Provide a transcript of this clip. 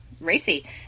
racy